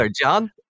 John